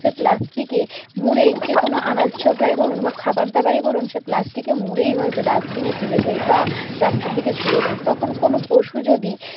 প্লাস্টিকে মুড়েই যে কোনো আনাচ ছোবড়াই বলুন বা খাবারদাবারই বলুন সে প্লাস্টিকে মুড়েই হয়তো ডাস্টবিনে ফেলে দেয় বা রাস্তার দিকে ছুড়ে দেয় তখন কোনো পশু যদি